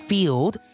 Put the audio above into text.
Field